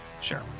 Sure